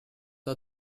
are